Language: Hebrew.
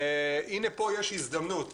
והנה פה יש הזדמנות